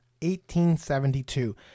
1872